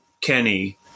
Kenny